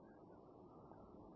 നിയന്ത്രണങ്ങൾ